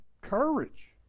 courage